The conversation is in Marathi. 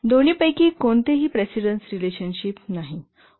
दोन्हीपैकी कोणतेही प्रेसिडेन्स रिलेशनशिप नाही